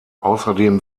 außerdem